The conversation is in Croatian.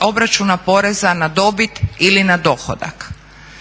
obračuna poreza na dobit ili na dohodak.